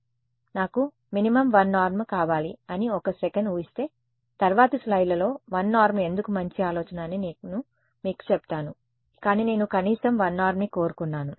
కాబట్టి నాకు minimum 1 norm కావాలి అని ఒక్క సెకను ఊహిస్తే తర్వాతి స్లయిడ్లలో 1 నార్మ్ ఎందుకు మంచి ఆలోచన అని నేను మీకు చెప్తాను కానీ నేను కనీసం 1 నార్మ్ని కోరుకున్నాను